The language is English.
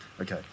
Okay